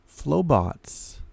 Flowbots